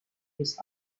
his